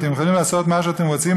אתם יכולים לעשות מה שאתם רוצים,